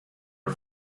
are